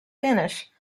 finish